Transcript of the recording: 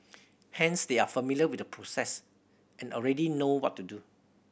hence they are familiar with the process and already know what to do